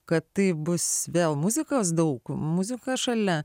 kad tai bus vėl muzikos daug muzika šalia